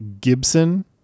Gibson